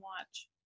watch